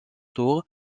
tour